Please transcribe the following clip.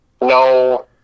no